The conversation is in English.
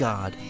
God